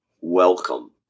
welcome